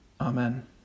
Amen